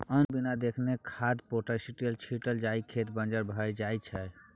अनधुन बिना देखने खाद पेस्टीसाइड छीटला सँ खेत बंजर भए जाइ छै